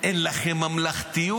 אין לכם ממלכתיות.